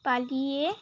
পালিয়ে